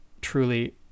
truly